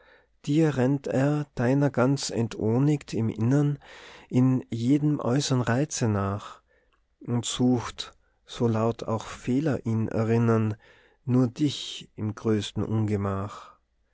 dir rennt er deiner ganz entohniget im innern in jedem äußern reize nach und sucht so laut auch fehler ihn erinnern nur dich im größten ungemach